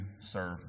serve